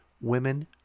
women